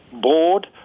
board